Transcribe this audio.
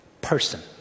person